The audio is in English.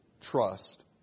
trust